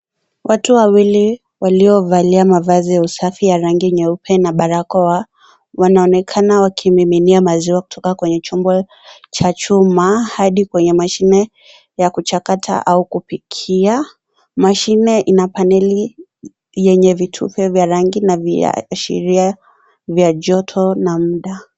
Watu wawili waliovalia mavazi ya usafi ya rangi nyeupe na barakoa, wanaonekana wakimiminia maziwa kutoka kwenye chombo cha chuma hadi kwenye mashine ya kuchakata au kupikia. Mashine ina paneli yenye vitupe vya rangi na viashiria vya joto na muda.